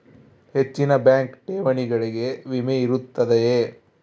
ಹೆಚ್ಚಿನ ಬ್ಯಾಂಕ್ ಠೇವಣಿಗಳಿಗೆ ವಿಮೆ ಇರುತ್ತದೆಯೆ?